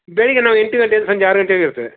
ಬೆಳಿಗ್ಗೆ ನಾವು ಎಂಟು ಗಂಟೆಯಿಂದ ಸಂಜೆ ಆರು ಗಂಟೆವರೆಗು ಇರ್ತೇವೆ